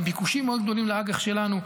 עם ביקושים מאוד גדולים לאג"ח שלנו.